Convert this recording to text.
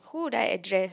who would I address